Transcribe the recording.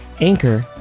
Anchor